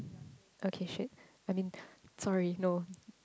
okay shit I mean sorry no